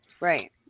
Right